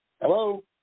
Hello